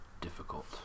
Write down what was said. difficult